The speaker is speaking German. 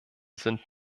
sind